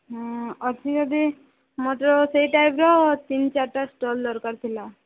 ହଁ ଅଛି ଯଦି ମତେ ତ ସେଇ ଟାଇପ୍ର ତିନି ଚାରିଟା ଷ୍ଟଲ୍ ଦରକାର ଥିଲା